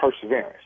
perseverance